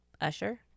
Usher